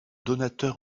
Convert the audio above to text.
donateur